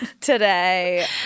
today